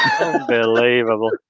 Unbelievable